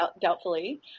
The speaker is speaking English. doubtfully